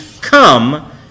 come